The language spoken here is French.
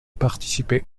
participer